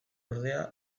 ordea